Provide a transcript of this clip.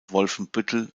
wolfenbüttel